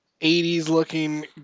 80s-looking